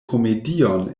komedion